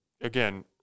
again